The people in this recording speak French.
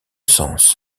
sens